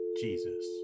Jesus